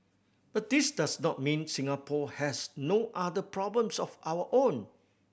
but this does not mean Singapore has no other problems of our own